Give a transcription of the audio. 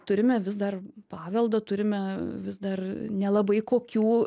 turime vis dar paveldą turime vis dar nelabai kokių